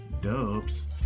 dubs